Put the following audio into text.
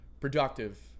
productive